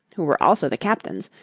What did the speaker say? who were also the captains,